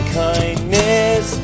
kindness